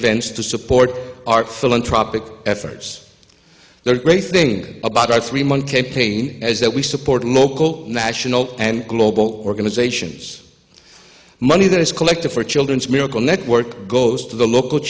events to support our philanthropic efforts there is a great thing about our three month campaign is that we support local national and global organizations money that is collected for children's miracle network goes to the local